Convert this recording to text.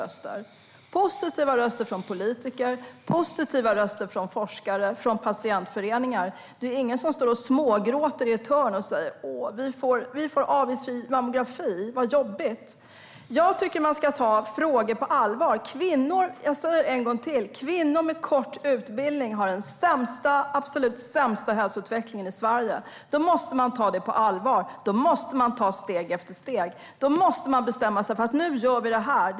Det är positiva röster från politiker, forskare och patientföreningar. Det är ingen som står och smågråter i ett hörn över att det blir avgiftsfri mammografi och säger: Vad jobbigt! Jag tycker att man ska ta dessa frågor på allvar. Jag säger en gång till: Kvinnor med kort utbildning har den absolut sämsta hälsoutvecklingen i Sverige. Det måste tas på allvar. Där måste steg efter steg tas. Nu måste man bestämma sig för att införa denna avgiftsfria mammografi.